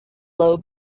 low